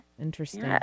interesting